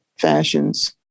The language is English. fashions